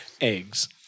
eggs